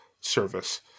service